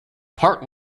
part